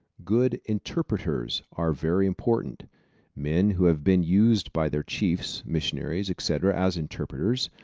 good interpreters are very important men who have been used by their chiefs, missionaries, etc, as interpreters,